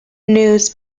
news